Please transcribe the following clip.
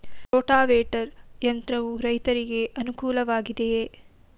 Rotavator ಯಂತ್ರವು ರೈತರಿಗೆ ಅನುಕೂಲ ವಾಗಿದೆಯೇ?